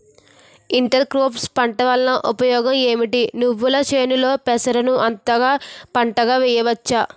Inter crops పంట వలన ఉపయోగం ఏమిటి? నువ్వుల చేనులో పెసరను అంతర పంటగా వేయవచ్చా?